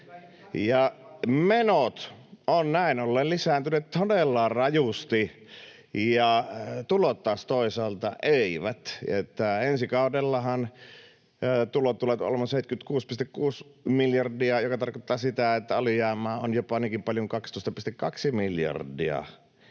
menot ovat näin ollen lisääntyneet todella rajusti ja tulot taas toisaalta eivät. Ensi kaudellahan tulot tulevat olemaan 76,6 miljardia, mikä tarkoittaa sitä, että alijäämää on jopa niinkin paljon kuin 12,2 miljardia.